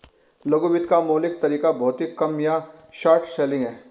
लघु वित्त का मौलिक तरीका भौतिक कम या शॉर्ट सेलिंग है